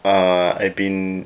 uh I've been